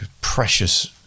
precious